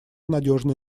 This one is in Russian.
надежной